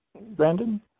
Brandon